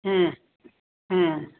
ஆ ஆ